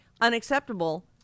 unacceptable